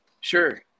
Sure